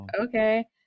Okay